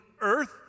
earth